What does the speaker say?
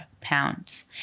pounds